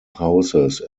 houses